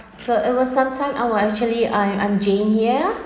so it was sometime I were actually I'm I'm jane